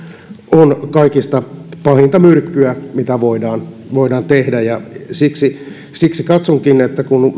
on kaikista pahinta myrkkyä mitä voidaan voidaan tehdä siksi siksi katsonkin että kun